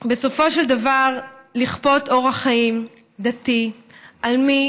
בסופו של דבר לכפות אורח חיים דתי על מי